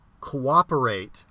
cooperate